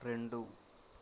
రెండు